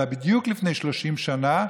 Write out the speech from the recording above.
אלא בדיוק לפני 30 שנה,